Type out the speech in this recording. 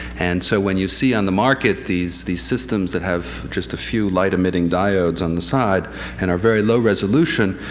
and so when you see on the market these these systems that have just a few light emitting diodes on the side and are very low resolution,